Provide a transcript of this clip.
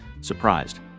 surprised